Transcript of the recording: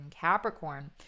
capricorn